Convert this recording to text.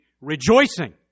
rejoicing